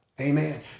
Amen